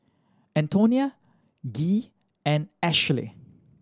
Antonina Gee and Ashely